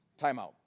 Timeout